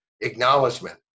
acknowledgement